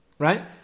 Right